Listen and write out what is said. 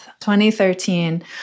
2013